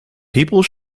people